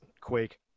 Quake